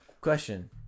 Question